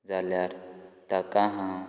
जाल्यार ताका हांव